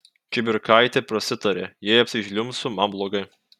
čibirkaitė prasitarė jei apsižliumbsiu man blogai